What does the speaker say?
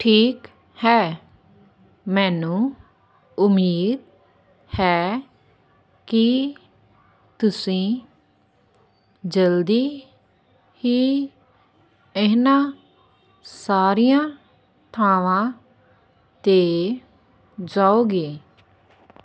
ਠੀਕ ਹੈ ਮੈਨੂੰ ਉਮੀਦ ਹੈ ਕਿ ਤੁਸੀਂ ਜਲਦੀ ਹੀ ਇਹਨਾਂ ਸਾਰੀਆਂ ਥਾਵਾਂ 'ਤੇ ਜਾਓਗੇ